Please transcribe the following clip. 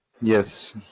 Yes